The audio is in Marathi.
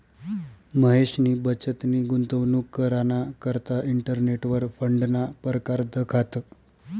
महेशनी बचतनी गुंतवणूक कराना करता इंटरनेटवर फंडना परकार दखात